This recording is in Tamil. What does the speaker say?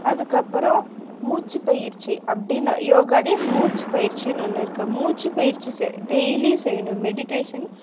அதுக்கு அப்பறம் மூச்சு பயிற்சி அப்படினு யோகாலையே மூச்சு பயிற்சின்னு இருக்குது மூச்சு பயிற்சி செய் டெயிலியும் செய்யணும் மெடிட்டேஷன்